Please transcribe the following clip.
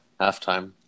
halftime